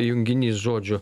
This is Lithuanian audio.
junginys žodžių